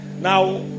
now